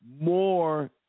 more